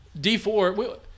D4